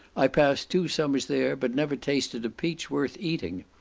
i passed two summers there, but never tasted a peach worth eating.